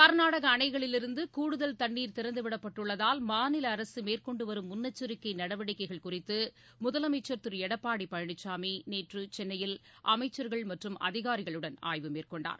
கர்நாடக அணைகளிலிருந்து கூடுதல் தண்ணீர் திறந்துவிடப்பட்டுள்ளதால் மாநில அரசு மேற்கொண்டுவரும் முன்னெச்சரிக்கை நடவடிக்கைகள் குறித்து முதலமைச்சர் திரு எடப்பாடி பழனிசாமி நேற்று சென்னையில் அமைச்சர்கள் மற்றும் அதிகாரிகளுடன் ஆய்வு மேற்கொண்டார்